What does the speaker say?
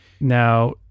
Now